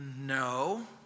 No